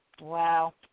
Wow